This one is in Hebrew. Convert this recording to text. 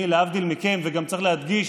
וגם צריך להדגיש,